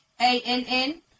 A-N-N